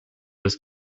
was